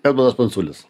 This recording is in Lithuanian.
edmundas pranculis